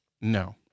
No